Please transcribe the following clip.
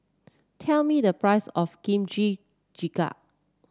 tell me the price of Kimchi Jjigae